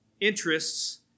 interests